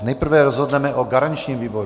Nejprve rozhodneme o garančním výboru.